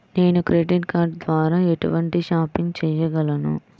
నేను credit card ద్వార ఎటువంటి షాపింగ్ చెయ్యగలను?